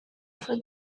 for